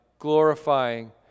glorifying